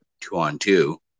two-on-two